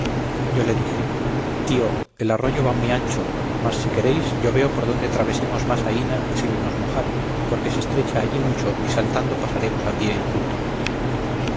yo le dije tío el arroyo va muy ancho mas si queréis yo veo por donde travesemos más aína sin nos mojar porque se estrecha allí mucho y saltando pasaremos a pie enjuto